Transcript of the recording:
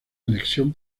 anexión